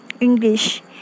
English